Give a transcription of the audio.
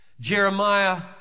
Jeremiah